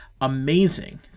amazing